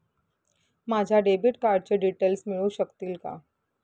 माझ्या डेबिट कार्डचे डिटेल्स मिळू शकतील का?